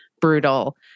brutal